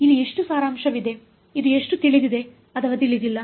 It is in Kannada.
ಇಲ್ಲಿ ಎಷ್ಟು ಸಾರಾಂಶವಿದೆ ಇದು ಎಷ್ಟು ತಿಳಿದಿದೆ ಅಥವಾ ತಿಳಿದಿಲ್ಲ